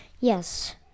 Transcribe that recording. yes